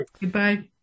Goodbye